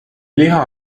liha